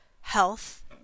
health